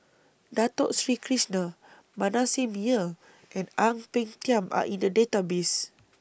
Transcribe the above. Dato Sri Krishna Manasseh Meyer and Ang Peng Tiam Are in The Database